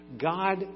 God